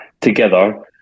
together